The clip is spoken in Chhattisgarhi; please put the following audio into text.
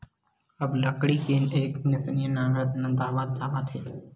अब लकड़ी के एकनसिया नांगर नंदावत जावत हे